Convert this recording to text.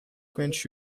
quench